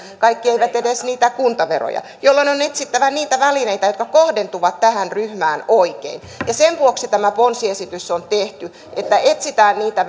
kaikki eivät maksa edes niitä kuntaveroja jolloin on etsittävä niitä välineitä jotka kohdentuvat tähän ryhmään oikein ja sen vuoksi tämä ponsiesitys on tehty että etsitään niitä